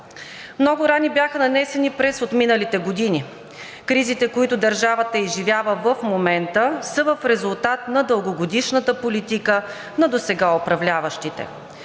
Много рани бяха нанесени през отминалите години. Кризите, които държавата изживява в момента, са в резултат на дългогодишната политика на досега управляващите.